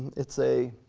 it's a